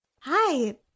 Hi